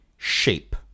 shape